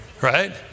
Right